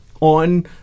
on